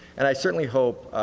and i certainly hope,